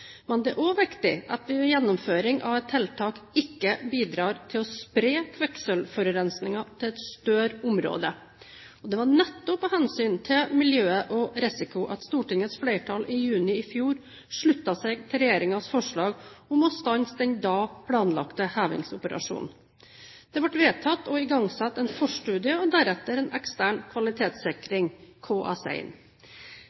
Men det er også viktig at vi ved gjennomføring av et tiltak ikke bidrar til å spre kvikksølvforurensningen til et større område. Det var nettopp av hensyn til miljøet og risiko at Stortingets flertall i juni i fjor sluttet seg til regjeringens forslag om å stanse den da planlagte hevingsoperasjonen. Det ble vedtatt å igangsette en forstudie og deretter en ekstern